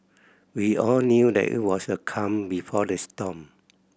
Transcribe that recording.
we all knew that it was the calm before the storm